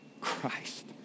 Christ